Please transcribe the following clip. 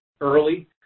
early